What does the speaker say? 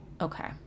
Okay